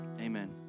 Amen